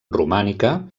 romànica